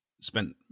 spent